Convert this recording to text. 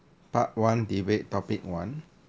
part one debate topic one